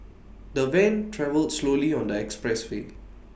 the van travelled slowly on the express way